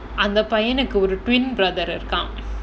அந்த பையனுக்கு ஒரு:andha paiyanukku oru twin brother இருக்கான்:irukaan